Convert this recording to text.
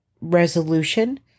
resolution